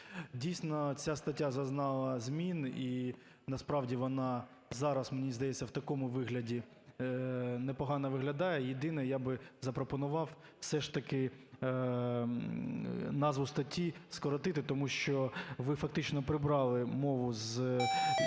Дійсно, ця стаття зазнала змін, і насправді вона зараз, мені здається, в такому вигляді непогано виглядає. Єдине, я б запропонував все ж таки назву статті скоротити, тому що ви фактично прибрали мову з